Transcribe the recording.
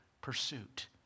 pursuit